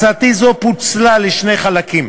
הצעתי זו פוצלה לשני חלקים: